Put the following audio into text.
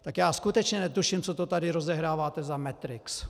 Tak já skutečně netuším, co to tady rozehráváte za Matrix.